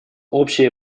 общее